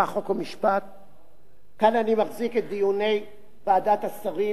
כאן אני מחזיק את דיוני ועדת השרים ודיוני הממשלה.